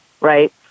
right